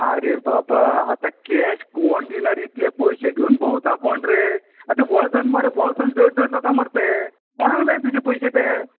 अरे बाबा आतां कॅश कोण दिना रे इतले पयशे घेवून भोंवता कोण रे वजन मरे बोल्सांत जड जड जाता मरे ते कोणाक जाय तुजे पयशे ते